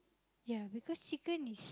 ya because chicken is